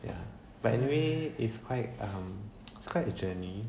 ya but anyway it's quite um it's quite a journey